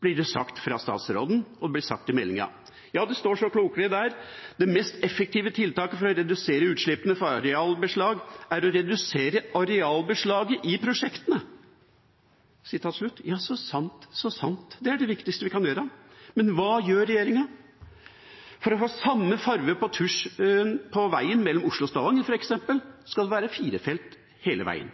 blir det sagt fra statsråden og i meldinga. Ja, det står så klokelig der: «Det mest effektive tiltaket for å redusere utslippene fra arealbrukbeslag er å redusere arealbeslaget i prosjektene.» Ja, så sant, så sant. Det er det viktigste vi kan gjøre, men hva gjør regjeringa? For å få samme farge på veien mellom Oslo og Stavanger, f.eks., skal det være firefelts hele veien,